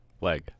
Leg